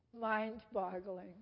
mind-boggling